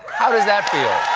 how does that feel?